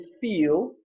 feel